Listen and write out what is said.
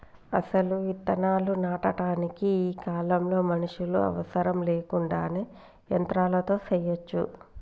అసలు ఇత్తనాలు నాటటానికి ఈ కాలంలో మనుషులు అవసరం లేకుండానే యంత్రాలతో సెయ్యచ్చు